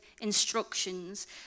instructions